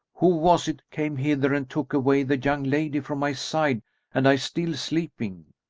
who was it came hither and took away the young lady from my side and i still sleeping?